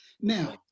Now